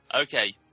Okay